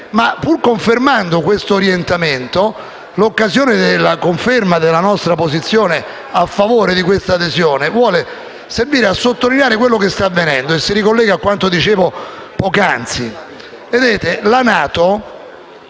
pur confermando questo orientamento, l'occasione della conferma della nostra posizione a favore di questa adesione vuole servire a sottolineare quello che sta avvenendo, e si ricollega a quanto dicevo poc'anzi. La NATO